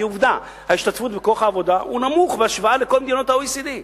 כי עובדה שההשתתפות בכוח העבודה היא נמוכה בהשוואה לכל מדינות ה-OECD,